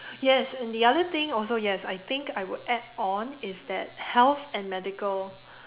yes and the other thing also yes I think I would add on is that health and medical